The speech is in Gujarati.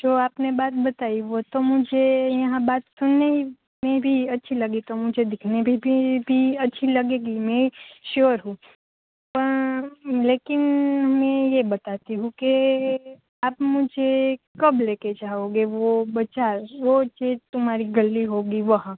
જો આપને બાત બતાઈ વો તો મુઝે યહાં બાત સુનનેમેં ભી અચ્છી લગી તો મુઝે દિખને ભી ભી ભી અચ્છી લગેગી મેં શ્યોર હું પણ લેકિન મેં યે બતાતી હું કે આપ મુઝે કબ લે કે જાઓગે વો બજાર વો ચીઝ તુમ્હારી ગલ્લી હોગી વહા